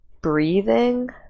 breathing